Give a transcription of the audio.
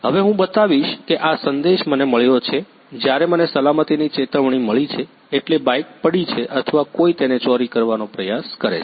હવે હું બતાવીશ કે આ સંદેશ મને મળ્યો છે જ્યારે મને સલામતીની ચેતવણી મળી છે એટલે બાઇક પડી છે અથવા કોઈ તેને ચોરી કરવાનો પ્રયાસ કરે છે